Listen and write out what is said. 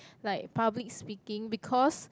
like public speaking because